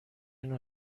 نوع